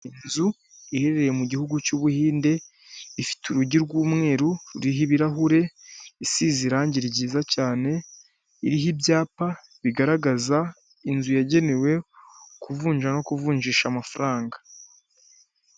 Inzu iherereye mu gihugu cy'Ubuhinde, ifite urugi rw'umweru ruriho ibirahure, isize irange ryiza cyane, iriho ibyapa bigaragaza inzu yagenewe kuvunja no kuvunjisha amafaranga.